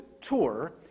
tour